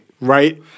right